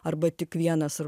arba tik vienas